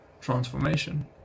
transformation